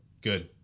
Good